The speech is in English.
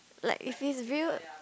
like if it's real